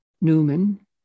Newman